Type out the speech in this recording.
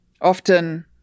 often